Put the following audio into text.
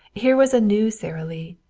here was a new sara lee,